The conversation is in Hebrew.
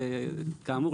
כאמור,